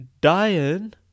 Diane